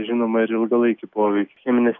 žinoma ir ilgalaikį poveikį cheminės